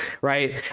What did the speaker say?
Right